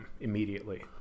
immediately